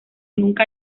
nunca